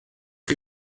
chi